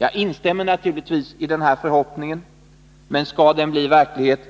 Jag instämmer naturligtvis i den förhoppningen, men skall den bli verklighet